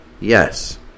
Yes